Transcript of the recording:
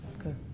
okay